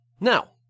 Now